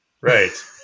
Right